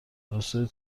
راستای